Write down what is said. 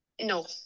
no